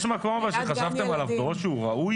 אבל יש מקום שחשבתם עליו שהוא ראוי?